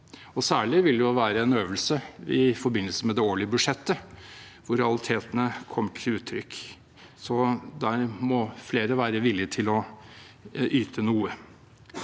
Særlig vil det være en øvelse i forbindelse med det årlige budsjettet, hvor realitetene kommer til uttrykk. Der må flere være villige til å yte noe.